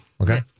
Okay